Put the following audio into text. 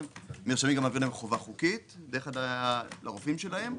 מרשמים נביא להם חובה חוקית דרך הרופאים שלהם.